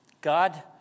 God